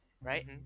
Right